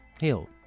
hill